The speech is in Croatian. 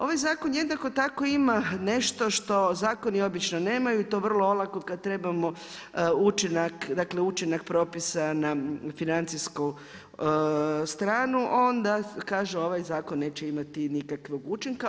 Ovaj zakon jednako tako ima nešto što zakoni obično nemaju i to vrlo olako kad trebamo učinak propisa na financijsku stranu, onda kažu ovaj zakon neće imati nikakvog učinka.